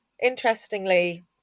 interestingly